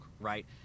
right